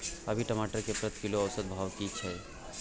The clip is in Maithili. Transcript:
अभी टमाटर के प्रति किलो औसत भाव की छै?